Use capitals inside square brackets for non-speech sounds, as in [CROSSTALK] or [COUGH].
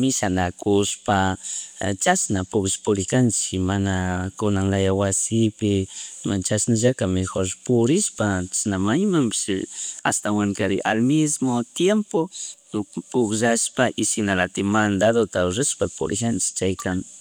mishanakushpa, [NOISE] chashna pugllak purijanchik mana [NOISE] kunanalaya wasipi [NOISE] chashnallaka mejor purishpa chishna maymanpish [NOISE] ashtawankarin al mismo tiempo [NOISE] pugllashpa y shinalatik madadota urashpa purijanchik chaykan [NOISE]